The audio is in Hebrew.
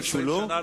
20 שנה,